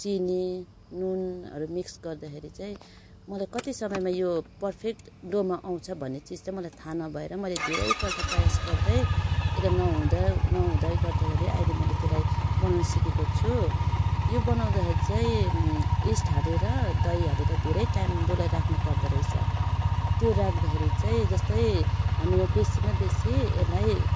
चिनी नुनहरू मिक्स गर्दाखेरि चाहिँ मलाई कति समयमा यो पर्फेक्ट डोमा आउँछ भन्ने चिज चाहिँ थाहा नभएर मैले धेरैपल्ट प्रयास गर्दै यसलाई नहुँदा गर्दाखेरि अहिले मैले त्यसलाई बनाउनु सिकेको छु यो बनाउँदाखेरि चाहिँ यिस्ट हालेर दही हालेर धेरै टाइम डोलाई राख्नुपर्दो रहेछ त्यो राख्दाखेरि चाहिँ जस्तै हामीले बेसीमा बेसी यसलाई